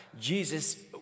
Jesus